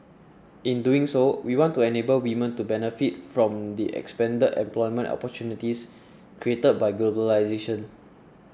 in doing so we want to enable women to benefit from the expanded employment opportunities created by globalisation